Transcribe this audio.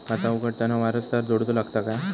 खाता उघडताना वारसदार जोडूचो लागता काय?